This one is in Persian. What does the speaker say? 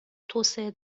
توسعه